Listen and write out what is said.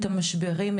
את המשברים,